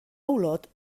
olot